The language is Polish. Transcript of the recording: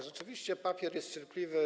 Rzeczywiście papier jest cierpliwy.